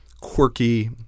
quirky